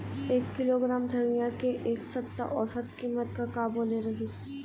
एक किलोग्राम धनिया के एक सप्ता औसत कीमत का बोले रीहिस?